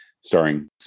starring